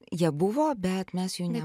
jie buvo bet mes jų ne